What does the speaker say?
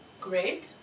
great